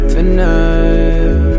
Tonight